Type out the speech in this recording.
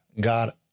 God